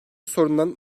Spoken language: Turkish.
sorunların